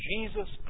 Jesus